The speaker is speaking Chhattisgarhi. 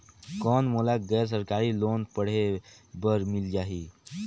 कौन मोला गैर सरकारी लोन पढ़े बर मिल जाहि?